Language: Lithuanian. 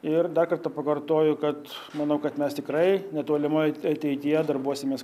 ir dar kartą pakartoju kad manau kad mes tikrai netolimoj ateityje darbuosimės